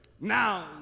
Now